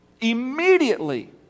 immediately